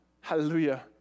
Hallelujah